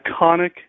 iconic